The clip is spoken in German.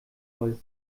voll